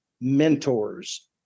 mentors